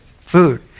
food